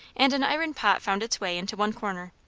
and an iron pot found its way into one corner.